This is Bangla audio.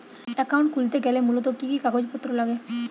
অ্যাকাউন্ট খুলতে গেলে মূলত কি কি কাগজপত্র লাগে?